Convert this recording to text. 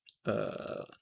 err